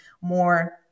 more